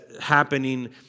happening